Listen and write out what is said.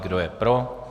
Kdo je pro?